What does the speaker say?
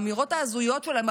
האמירות ההזויות שלהם,